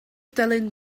dylan